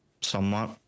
somewhat